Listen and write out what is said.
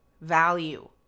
value